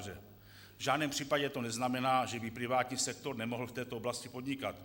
V žádném případě to neznamená, že by privátní sektor nemohl v této oblasti podnikat.